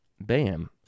Bam